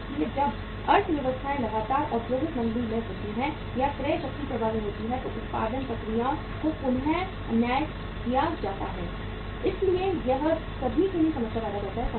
इसलिए जब अर्थव्यवस्थाएं लगातार औद्योगिक मंदी में होती हैं या क्रय शक्ति प्रभावित होती है तो उत्पादन प्रक्रियाओं को पुन अन्याय किया जाता है इसलिए यह सभी के लिए समस्या पैदा करता है